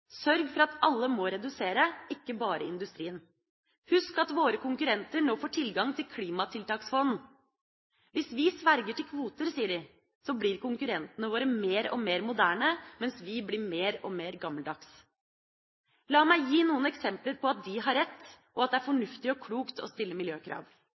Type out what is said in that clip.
for at alle må redusere, ikke bare industrien. Husk at våre konkurrenter nå får tilgang til klimatiltaksfond. Hvis vi sverger til kvoter, sier de, så blir konkurrentene våre mer og mer moderne, mens vi blir mer og mer gammeldagse. La meg gi noen eksempler på at de har rett, og at det er fornuftig og klokt å stille miljøkrav.